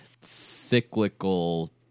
cyclical